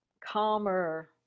calmer